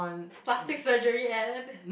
plastic surgery and